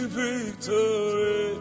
victory